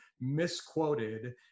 misquoted